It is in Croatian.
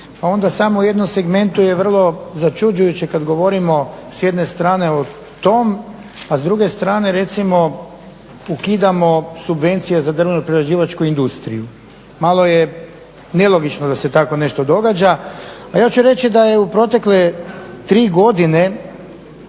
onda samo u jednom segmentu je vrlo začuđujuće kada govorimo s jedne strane o tome, a s druge strane recimo ukidamo subvencije za drvno prerađivačku industriju. Malo je nelogično da se tako nešto događa. Ja ću reći da je u protekle 3 godine